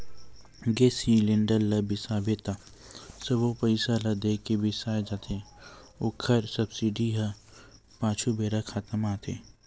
गेस cylinder ल बिसाबे त सबो पइसा ल दे के बिसाए जाथे ओखर सब्सिडी ह पाछू बेरा खाता म आथे